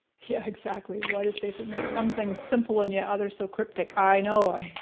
yeah exactly, why does facebook make some things simple and yet others so cryptic? i know,